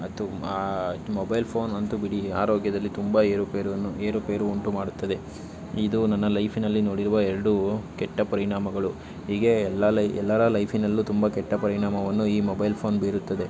ಅದು ಅದು ಮೊಬೈಲ್ ಫೋನಂತೂ ಬಿಡಿ ಆರೋಗ್ಯದಲ್ಲಿ ತುಂಬ ಏರುಪೇರನ್ನು ಏರುಪೇರು ಉಂಟು ಮಾಡುತ್ತದೆ ಇದು ನನ್ನ ಲೈಫಿನಲ್ಲಿ ನೋಡಿರುವ ಎರಡು ಕೆಟ್ಟ ಪರಿಣಾಮಗಳು ಹೀಗೆ ಎಲ್ಲ ಲೈ ಎಲ್ಲರ ಲೈಫಿನಲ್ಲೂ ತುಂಬ ಕೆಟ್ಟ ಪರಿಣಾಮವನ್ನು ಈ ಮೊಬೈಲ್ ಫೋನ್ ಬೀರುತ್ತದೆ